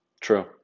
True